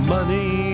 Money